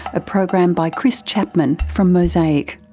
a program by chris chapman from mosaic.